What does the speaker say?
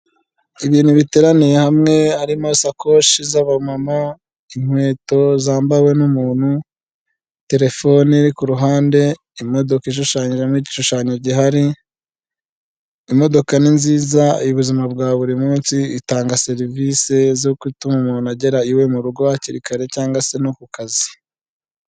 Ibintu biteraniye hamwe harimo sakoshi z'amama, inkweto zambawe n'umuntu terefone ku ruhande, imodoka ishushanyije ni igishushanyo gihari, imodoka ni nziza mu buzima bwa buri munsi, itanga serivisi zo gutuma umuntu agera iwe mu rugo hakiri kare cyangwa se no ku kazi.